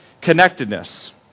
connectedness